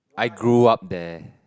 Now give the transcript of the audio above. I grew up there